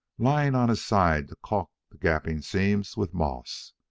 lying on his side to calk the gaping seams with moss.